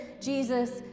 Jesus